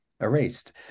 erased